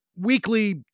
weekly